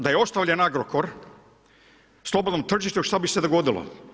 Da je ostavljen Agrokor na slobodnom tržištu, šta bi se dogodilo?